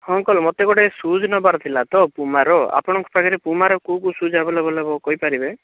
ହଁ ଅଙ୍କଲ୍ ମୋତେ ଗୋଟେ ସୁଜ୍ ନେବାର ଥିଲା ତ ପୁମାର ଆପଣଙ୍କ ପାଖରେ ପୁମାର କେଉଁ କେଉଁ ସୁଜ୍ ଆଭେଲେବଲ୍ ହେବ କହିପାରିବେ